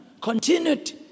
continued